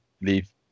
leave